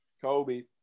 Kobe